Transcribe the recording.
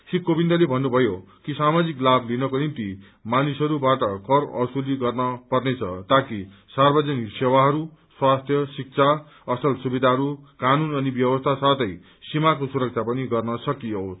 श्री कोविन्दले भन्नुभयो कि सामाजिक लाभ लिनको निम्ति मानिसहस्बाट कर बसूली गर्न पर्नेछ ताकि र्सावजनिक सेवाहरू स्वास्थ्य शिक्षा असल सुविधाहरू कानून अनि ब्यवस्था साथै सीमाको सुरक्षा पनि गर्न सकियोस्